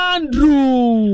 Andrew